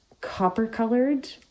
copper-colored